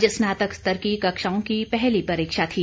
आज स्नातक स्तर की कक्षाओं की पहली परीक्षा थी